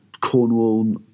cornwall